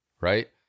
Right